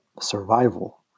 survival